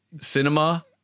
cinema